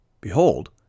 Behold